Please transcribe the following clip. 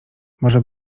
może